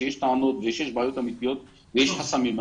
כשיש בעיות אמיתיות ויש חסמים,